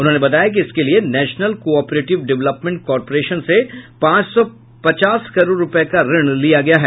उन्होंने बताया कि इसके लिये national cooperative development corporation से पांच सौ पचास करोड़ रूपये का ऋण लिया गया है